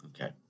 Okay